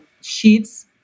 Sheets